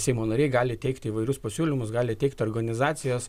seimo nariai gali teikti įvairius pasiūlymus gali teikt organizacijos